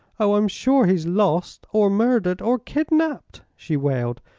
oh, i'm sure he's lost, or murdered, or kidnapped! she wailed.